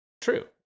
true